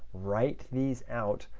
write these out,